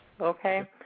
okay